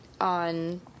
on